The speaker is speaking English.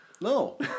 No